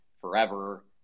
forever